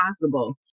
possible